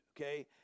okay